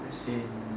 as in